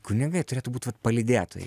kunigai turėtų būt vat palydėtojai